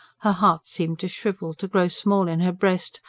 her heart seemed to shrivel, to grow small in her breast,